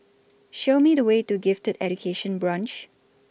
Show Me The Way to Gifted Education Branch